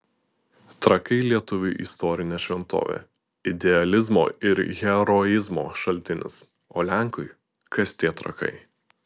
trakai lietuviui istorinė šventovė idealizmo ir heroizmo šaltinis o lenkui kas tie trakai